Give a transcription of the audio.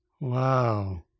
Wow